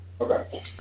Okay